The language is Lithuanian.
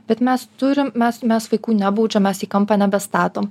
bet mes turim mes mes vaikų nebaudžiam mes į kampą nebestatom